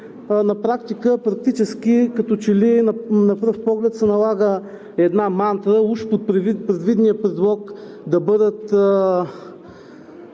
съвет? Практически като че ли на пръв поглед се налага една мантра – уж под привидния предлог да бъдат